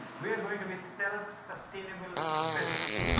we are going to be. self-sustainable business.